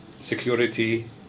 security